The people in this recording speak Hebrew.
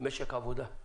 משק עבודה,